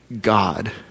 God